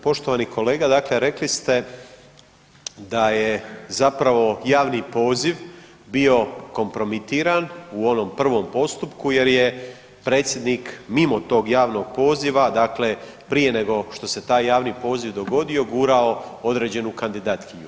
Poštovani kolega, dakle rekli ste da je zapravo javni poziv bio kompromitiran u onom prvom postupku jer je predsjednik mimo tog javnog poziva dakle prije nego što se taj javni poziv dogodio gurao određenu kandidatkinju.